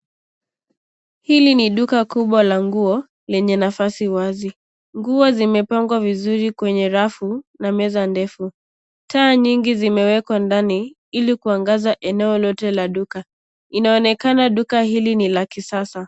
Hili ni duka kubwa la nguo lenye nafasi wazi. Nguo zimepangwa vizuri kwenye rafu na meza ndefu. Taa nyingi zimewekwa ndani ili kuangaza eneo lote la duka. Linaonekana duka hili ni la kisasa.